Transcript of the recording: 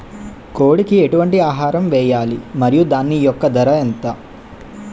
కోడి కి ఎటువంటి ఆహారం వేయాలి? మరియు దాని యెక్క ధర ఎంత?